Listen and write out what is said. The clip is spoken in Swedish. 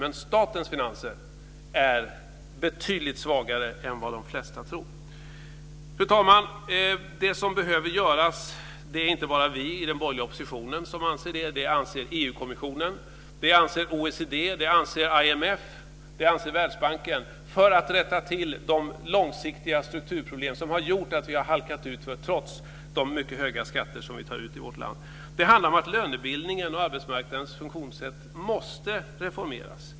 Men statens finanser är betydligt svagare än de flesta tror. Fru talman! Det som behöver göras - det är inte bara vi i den borgerliga oppositionen som anser det, utan det anser EU-kommissionen, OECD, IMF och Världsbanken - för att rätta till de långsiktiga strukturproblem som har gjort att vi har halkat ut trots de mycket höga skatter som vi tar ut i vårt land är att lönebildningen och arbetsmarknadens funktionssätt måste reformeras.